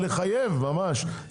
לחייב ממש,